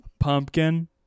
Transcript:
pumpkin